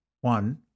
one